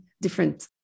different